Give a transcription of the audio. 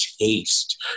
taste